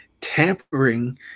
Tampering